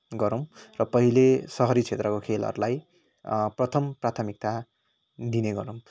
गरौँ र पहिले सहरी क्षेत्रको खेलहरूलाई प्रथम प्राथमिकता दिने गरौँ